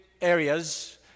areas